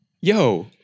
Yo